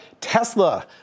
Tesla